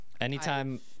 Anytime